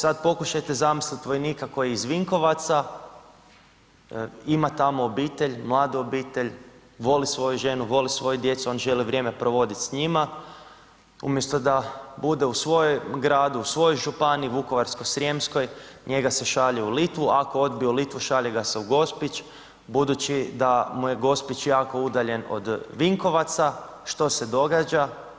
Sad pokušajte zamisliti vojnika koji je iz Vinkovaca, ima tamo obitelj, mladu obitelj, voli svoju ženu, voli svoju djecu, on želi vrijeme provodit s njima, umjesto da bude u svojem gradu, u svojoj županiji Vukovarsko-srijemskoj, njega se šalje u Litvu, a ako odbije u Litvu, šalje ga se Gospić, budući da mu je Gospić jako udaljen od Vinkovaca, što se događa?